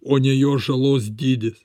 o ne jo žalos dydis